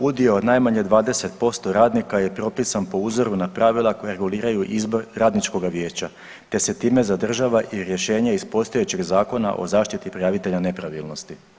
Udio od najmanje 20% radnika je propisan po uzoru na pravila koja reguliraju izbor radničkoga vijeća te se time zadržava i rješenje iz postojećeg Zakona o zaštiti prijavitelja nepravilnosti.